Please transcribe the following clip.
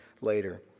later